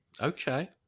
okay